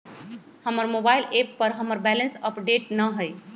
हमर mobile app पर हमर बैलेंस अपडेट न हई